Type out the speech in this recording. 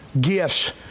gifts